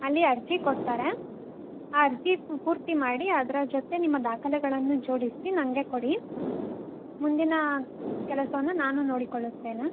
ಅಲ್ಲಿ ಅರ್ಜಿ ಕೊಡ್ತಾರೆ ಆ ಅರ್ಜಿ ಪೂರ್ತಿ ಮಾಡಿ ಅದ್ರ ಜೊತೆ ನಿಮ್ಮ ದಾಖಲೆಗಳನ್ನು ಜೋಡಿಸಿ ನನಗೆ ಕೊಡಿ ಮುಂದಿನ ಕೆಲಸವನ್ನು ನಾನು ನೋಡಿಕೊಳ್ಳುತ್ತೇನೆ